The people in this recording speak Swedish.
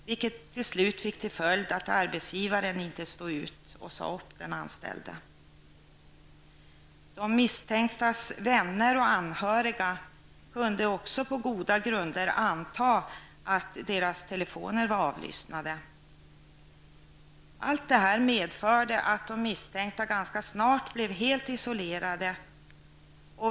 Detta fick till slut följden att den anställde blev uppsagd när arbetsgivaren inte längre stod ut. De misstänktas vänner och anhöriga kunde på goda grunder anta att deras telefoner var avlyssnade. Allt detta medförde att de misstänkta ganska snart blev helt isolerade.